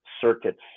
circuits